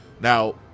Now